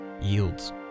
yields